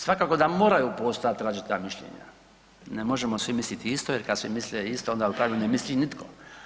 Svakako da moraju postojat različita mišljenja, ne možemo svi mislit isto jer kad svi misle isto onda u pravilu ne misli nitko.